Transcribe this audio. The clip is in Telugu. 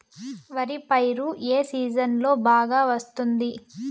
వరి పైరు ఏ సీజన్లలో బాగా వస్తుంది